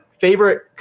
favorite